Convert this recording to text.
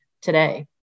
today